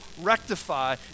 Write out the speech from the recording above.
rectify